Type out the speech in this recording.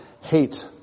hate